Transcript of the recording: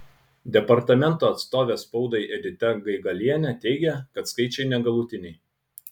departamento atstovė spaudai edita gaigalienė teigia kad skaičiai negalutiniai